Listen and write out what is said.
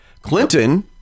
Clinton